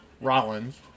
Rollins